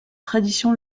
traditions